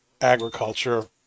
agriculture